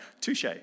touche